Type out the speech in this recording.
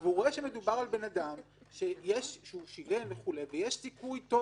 הוא רואה שמדובר בבן אדם ששילם וכו' ויש סיכוי טוב